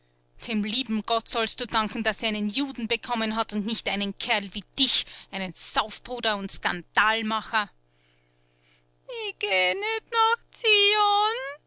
dem lieben gott sollst du danken daß sie einen juden bekommen hat und nicht einen kerl wie dich einen saufbruder und skandalmacher i